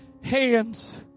hands